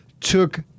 took